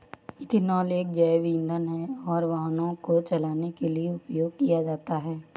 ethanol एक जैव ईंधन है और वाहनों को चलाने के लिए उपयोग किया जाता है